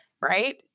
right